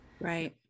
Right